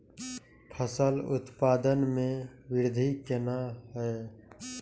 फसल उत्पादन में वृद्धि केना हैं?